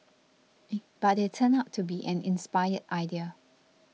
but it turned out to be an inspired idea